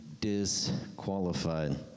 disqualified